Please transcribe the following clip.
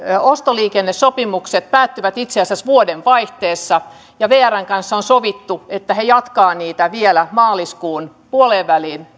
ostoliikennesopimukset päättyvät itse asiassa vuodenvaihteessa ja vrn kanssa on sovittu että he jatkavat niitä vielä maaliskuun puoleenväliin